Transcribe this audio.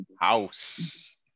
house